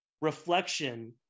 reflection